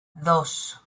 dos